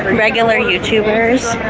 regular you tubers,